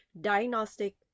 diagnostic